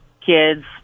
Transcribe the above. kids